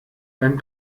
beim